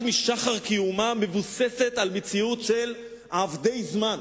משחר קיומה מבוססת על מציאות של עבדי זמן.